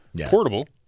portable